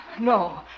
No